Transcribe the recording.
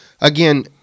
again